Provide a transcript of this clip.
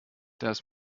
das